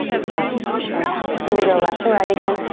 front and back. and here we go. left to right again.